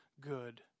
good